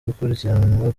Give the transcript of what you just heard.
gukurikiranwa